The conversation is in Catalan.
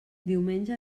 diumenge